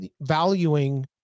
valuing